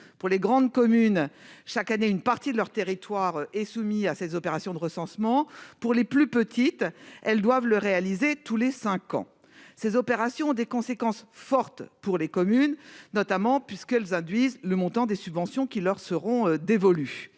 pour les grandes communes chaque année une partie de leur territoire et soumis à ces opérations de recensement pour les plus petites, elles doivent le réalisée tous les 5 ans, ces opérations des conséquences fortes pour les communes notamment puisqu'elles induisent le montant des subventions qui leur seront dévolus,